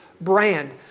brand